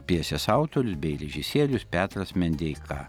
pjesės autorius bei režisierius petras mendeika